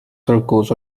sucrose